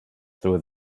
through